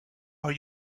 are